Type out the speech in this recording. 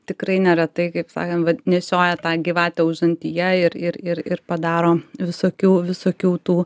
tikrai neretai kaip sakant nešioja tą gyvatę užantyje ją ir ir ir padaro visokių visokių tų